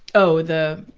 oh, the,